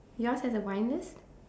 yours has a wine list